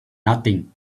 nothing